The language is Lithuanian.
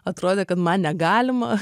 atrodė kad man negalima